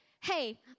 hey